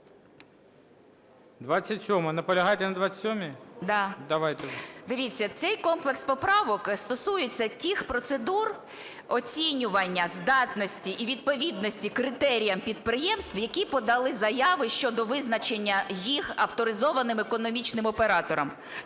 Дивіться, цей комплекс поправок стосується тих процедур оцінювання здатності і відповідності критеріям підприємств, які подали заяви щодо визначення їх авторизованим економічним оператором.